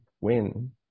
win